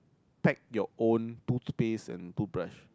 pack your own toothpaste and toothbrush